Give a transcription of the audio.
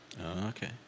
okay